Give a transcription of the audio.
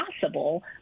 possible